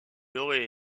aurait